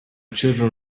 children